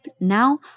Now